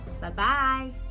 Bye-bye